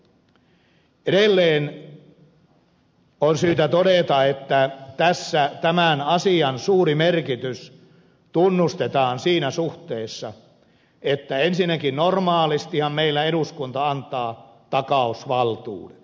edelleen on syytä todeta että tässä tämän asian suuri merkitys tunnustetaan siinä suhteessa että ensinnäkin normaalistihan meillä eduskunta antaa takausvaltuudet